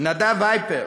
נדב הייפרט